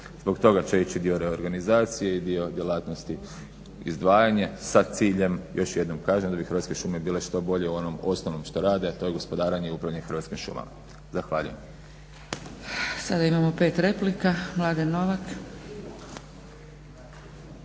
Zbog toga će ići dio reorganizacije i dio djelatnosti izdvajanje sa ciljem, još jednom kažem da bi Hrvatske šume bile što bolje u onom osnovnom što rade a to je gospodarenje i upravljanje Hrvatskim šumama. Zahvaljujem.